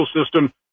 system